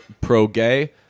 pro-gay